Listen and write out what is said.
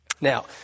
Now